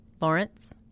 Lawrence